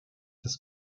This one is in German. des